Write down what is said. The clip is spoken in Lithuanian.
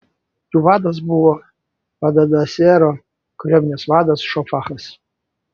jų vadas buvo hadadezero kariuomenės vadas šofachas